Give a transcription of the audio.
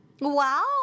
Wow